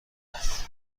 است